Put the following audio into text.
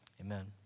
Amen